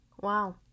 Wow